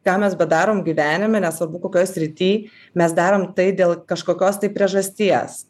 ką mes bedarom gyvenime nesvarbu kokioje srity mes darom tai dėl kažkokios tai priežasties